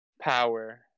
power